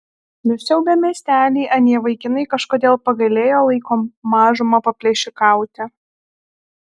nusiaubę miestelį anie vaikinai kažkodėl pagailėjo laiko mažumą paplėšikauti